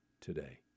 today